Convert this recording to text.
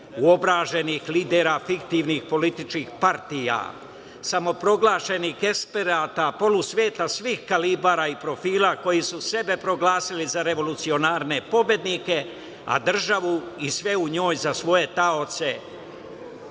uobraženih lidera, fiktivnih političkih partija, samoproglašenih eksperata, polusveta svih kalibara i profila koji su sebe proglasili za revolucionarne pobednike, a državu i sve u njoj za svoje taoce,